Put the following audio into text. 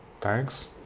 thanks